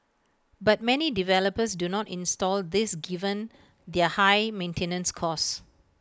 but many developers do not install these given their high maintenance costs